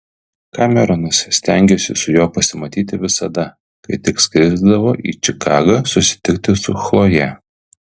kameronas stengėsi su juo pasimatyti visada kai tik skrisdavo į čikagą susitikti su chloje